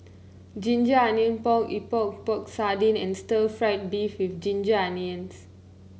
Ginger Onions Pork Epok Epok Sardin and stir fry beef with Ginger Onions